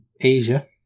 Asia